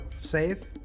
save